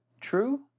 true